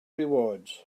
rewards